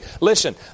Listen